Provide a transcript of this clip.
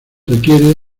requiere